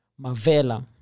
mavela